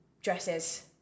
Dresses